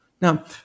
Now